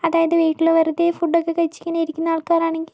അതായത് വീട്ടിൽ വെറുതെ ഫുഡൊക്കെ കഴിച്ച് ഇങ്ങനെ ഇരിക്കുന്ന ആൾക്കാരാണെങ്കിൽ